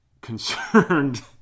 concerned